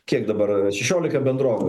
kiek dabar šešiolika bendrovių